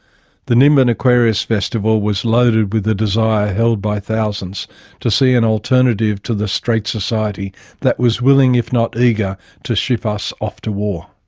the nimbin aquarius festival was loaded with a desire held by thousands to see an alternative to the straight society that was willing if not eager to ship us off to war.